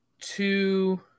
two